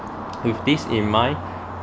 with this in mind